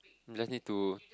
let him to